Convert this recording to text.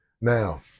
Now